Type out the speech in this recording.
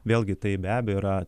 vėlgi tai be abejo yra